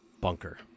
Bunker